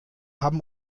haben